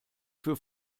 für